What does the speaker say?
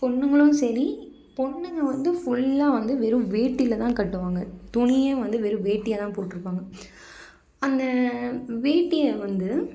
பொண்ணுங்களும் சரி பொண்ணுங்க வந்து ஃபுல்லாக வந்து வெறும் வேட்டியில் தான் கட்டுவாங்க துணியே வந்து வெறும் வேட்டியை தான் போட்டுருப்பாங்க அந்த வேட்டியை வந்து